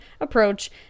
approach